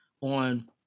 on